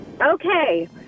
Okay